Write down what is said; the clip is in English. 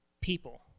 people